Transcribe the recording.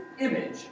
image